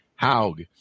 Haug